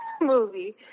movie